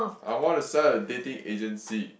I want to sign up a dating agency